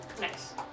Nice